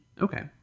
okay